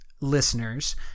listeners